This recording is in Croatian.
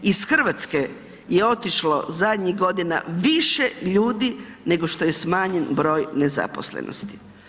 Iz Hrvatske je otišlo zadnjih godina više ljudi nego što je smanjen broj nezaposlenosti.